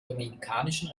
dominikanischen